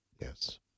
yes